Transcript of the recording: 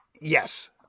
Yes